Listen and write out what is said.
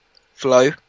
flow